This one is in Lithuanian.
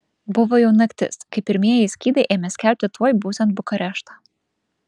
buvo jau naktis kai pirmieji skydai ėmė skelbti tuoj būsiant bukareštą